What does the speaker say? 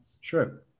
Sure